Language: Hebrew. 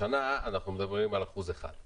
השנה אנחנו מדברים על אחוז אחד.